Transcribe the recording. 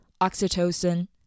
oxytocin